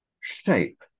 shape